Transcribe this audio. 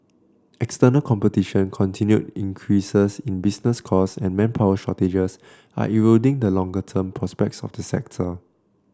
external competition continued increases in business costs and manpower shortages are eroding the longer term prospects of the sector